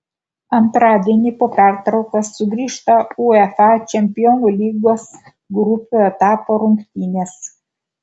antradienį po pertraukos sugrįžta uefa čempionų lygos grupių etapo rungtynės